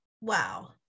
Wow